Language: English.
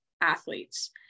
athletes